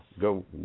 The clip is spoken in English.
go